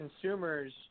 consumers